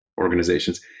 organizations